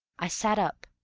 i sat up.